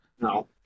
no